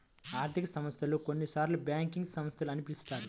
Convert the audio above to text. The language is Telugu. ఆర్థిక సంస్థలు, కొన్నిసార్లుబ్యాంకింగ్ సంస్థలు అని పిలుస్తారు